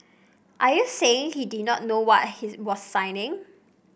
are you saying he did not know what he was signing